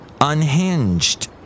Unhinged